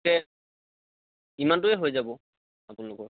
ইমানটোৱে হৈ যাব আপোনালোকৰ